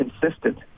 consistent